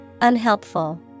unhelpful